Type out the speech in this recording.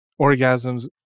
orgasms